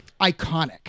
iconic